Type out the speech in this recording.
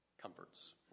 comforts